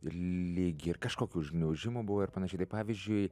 lyg ir kažkokį užgniaužimo buvo ir panašiai pavyzdžiui